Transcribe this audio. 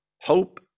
hope